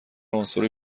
عنصر